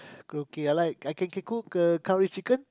okay I like I can can cook uh curry chicken